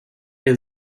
der